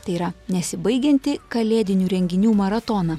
tai yra nesibaigiantį kalėdinių renginių maratoną